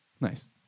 Nice